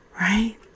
right